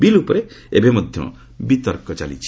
bill ଉପରେ ଏବେ ମଧ୍ୟ ବିତର୍କ ଚାଲିଛି